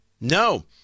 No